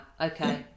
Okay